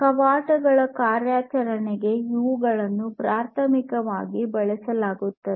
ಕವಾಟಗಳ ಕಾರ್ಯಾಚರಣೆಗೆ ಇವುಗಳನ್ನು ಪ್ರಾಥಮಿಕವಾಗಿ ಬಳಸಲಾಗುತ್ತದೆ